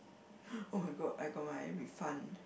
[oh]-my-god I got my refund